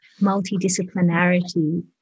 multidisciplinarity